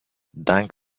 dunk